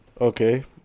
Okay